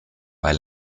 bei